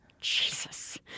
Jesus